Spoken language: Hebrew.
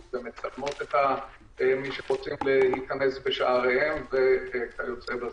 וגם מצלמות את מי שרוצה להיכנס בשעריהן וכיוצ"ב.